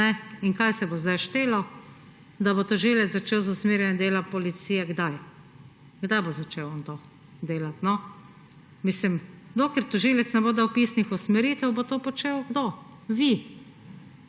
in kaj se bo zdaj štelo? Kdaj bo tožilec začel z usmerjanjem dela policije? Kdaj bo začel on to delati? Dokler tožilec ne bo dal pisnih usmeritev − kdo bo to počel? Vi.